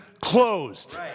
closed